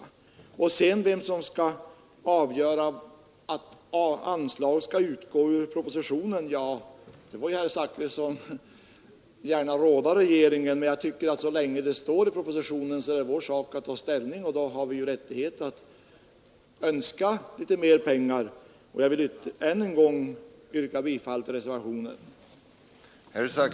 När det sedan gäller vem som skall avgöra om ett anslag skall utgå ur = blivande präster för statsverkspropositionen, så får ju herr Zachrisson gärna råda regeringen. = utbildning i finska Men jag tycker att så länge anslaget står i propositionen är det vår sak att och samiska ta ställning och då har vi rättighet att önska litet mer pengar. språken Jag vidhåller således mitt yrkande om bifall till reservationen 1.